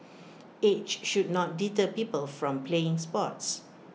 age should not deter people from playing sports